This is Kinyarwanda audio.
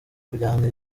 kujyana